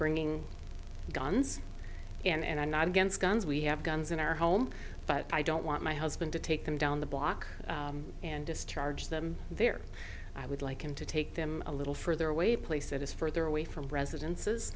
bringing guns and i'm not against guns we have guns in our home but i don't want my husband to take them down the block and discharge them there i would like him to take them a little further away place that is further away from residences